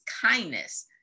kindness